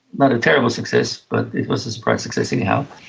but a terrible success, but it was a surprise success anyhow.